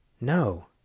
No